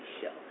Show